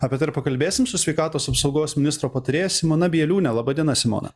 apie tai ir pakalbėsim su sveikatos apsaugos ministro patarėja simona bieliūne laba diena simona